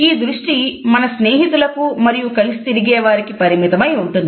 ఈ దృష్టి మన స్నేహితులకు మరియు కలిసి తిరిగే వారికి పరిమితమై ఉంటుంది